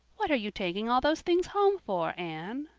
what are you taking all those things home for, anne?